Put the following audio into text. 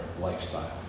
lifestyle